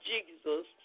Jesus